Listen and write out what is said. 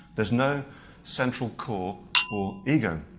there's no central core or ego.